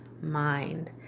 mind